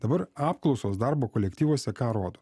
dabar apklausos darbo kolektyvuose ką rodo